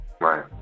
Right